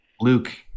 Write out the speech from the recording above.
Luke